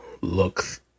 looks